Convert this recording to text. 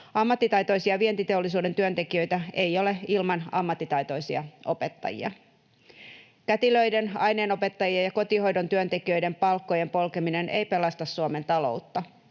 Ammattitaitoisia vientiteollisuuden työntekijöitä ei ole ilman ammattitaitoisia opettajia. Kätilöiden, aineenopettajien ja kotihoidon työntekijöiden palkkojen polkeminen ei pelasta Suomen taloutta.